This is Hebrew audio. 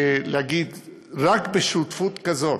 להגיד שרק בשותפות כזאת,